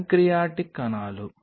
pancreatic కణాలు